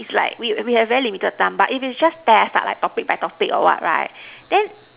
it's like we we have very limited time but if it's just test lah like topic by topic or what right then